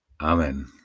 Amen